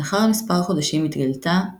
לאחר מספר חודשים התגלתה במקרה